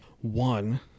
one